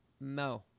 No